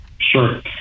Sure